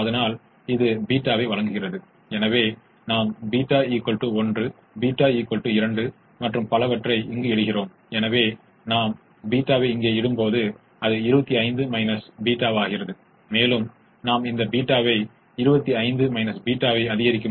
எனவே இது பலவீனமான இரட்டைக் கோட்பாடு இது பல காரணங்களுக்காக வீழ்ச்சியடையப் போகும் பல விஷயங்களுக்கு மிக முக்கியமான தேற்றமாகும்